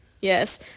Yes